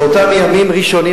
באותם ימים ראשונים,